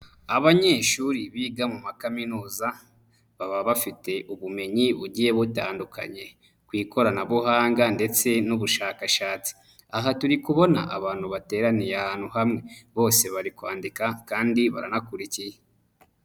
Abanyeshuri biga mu ma kaminuza baba bafite ubumenyi bugiye butandukanye ku ikoranabuhanga ndetse n'ubushakashatsi. Aha turi kubona abantu bateraniye ahantu hamwe, bose bari kwandika kandi baranakurikiye.